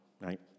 right